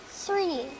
Three